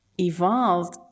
evolved